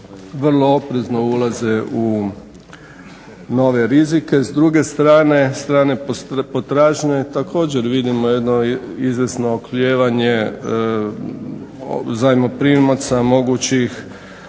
vrlo oprezno ulaze u nove rizike. S druge strane, strane potražnje također vidimo jedno izvjesno oklijevanje zajmoprimaca mogućih